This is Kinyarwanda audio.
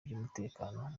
by’umutekano